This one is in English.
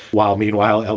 while, meanwhile,